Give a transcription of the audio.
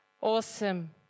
Awesome